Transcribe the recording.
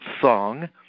song